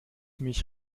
mich